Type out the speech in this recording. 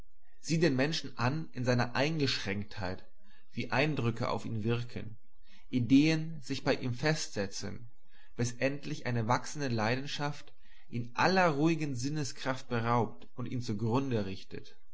sich den menschen an in seiner eingeschränktheit wie eindrücke auf ihn wirken ideen sich bei ihm festsetzen bis endlich eine wachsende leidenschaft ihn aller ruhigen sinneskraft beraubt und ihn zugrunde richtet